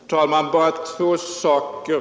Fru talman! Bara två saker.